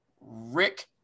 Rick